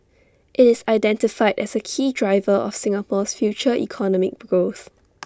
IT is identified as A key driver of Singapore's future economic growth